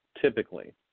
typically